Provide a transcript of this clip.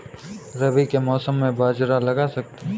रवि के मौसम में बाजरा लगा सकते हैं?